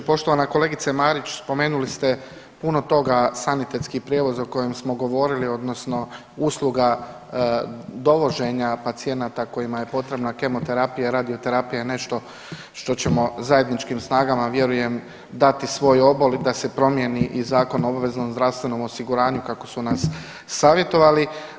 Poštovana kolegice Marić, spomenuli ste puno toga, sanitetski prijevoz o kojem smo govorili odnosno usluga dovoženja pacijenata kojima je potrebna kemoterapija i radioterapija, nešto što ćemo zajedničkim snagama vjerujem dati svoj obol da se promijeni i Zakon o obveznom zdravstvenom osiguranju kako su nas savjetovali.